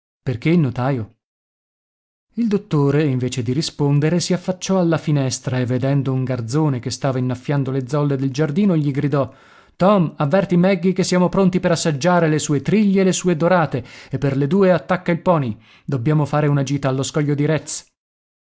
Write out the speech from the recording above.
perché il notaio il dottore invece di rispondere si affacciò alla finestra e vedendo un garzone che stava innaffiando le zolle del giardino gli gridò tom avverti magge che siamo pronti per assaggiare le sue triglie e le sue dorate e per le due attacca il poney dobbiamo fare una gita allo scoglio di retz